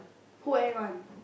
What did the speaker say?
who act one